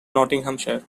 nottinghamshire